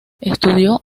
estudió